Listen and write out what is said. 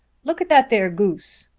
look at that there goose.